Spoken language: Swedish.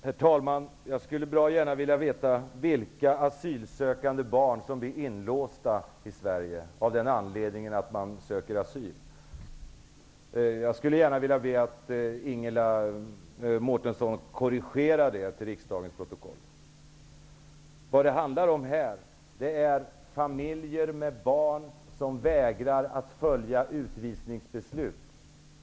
Herr talman! Jag skulle bra gärna vilja veta vilka asylsökande barn som blir inlåsta i Sverige av den anledningen att de söker asyl. Jag skulle vilja be Ingela Mårtensson att korrigera detta påstående till riksdagens protokoll. Det handlar här om familjer med barn, vilka vägrar att följa utvisningsbeslut.